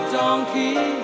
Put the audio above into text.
donkey